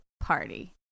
party